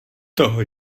toho